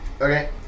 Okay